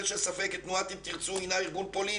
של ספק כי תנועת "אם תרצו" הינה ארגון פוליטי.